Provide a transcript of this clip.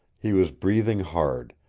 he was breathing hard,